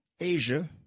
Asia